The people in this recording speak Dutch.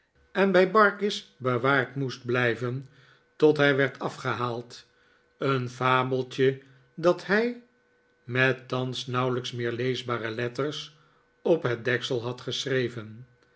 en bij barkis bewaard moest blijven tot hij werd afgehaald een fabeltje dat hij met thans nauwelijks meer leesbare letters op het deksel had geschreven